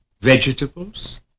vegetables